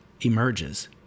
emerges